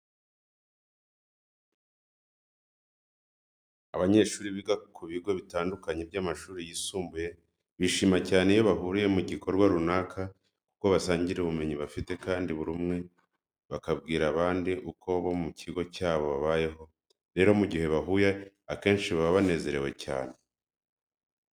Abanyeshuri biga ku bigo bitandukanye by'amashuri yisumbuye bishima cyane iyo bahuriye mu gikorwa runaka kuko basangira ubumenyi bafite kandi buri bamwe bakabwira abandi uko bo mu kigo cyabo babayeho. Rero mu gihe bahuye akenshi baba banezerewe cyane.